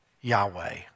Yahweh